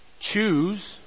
Choose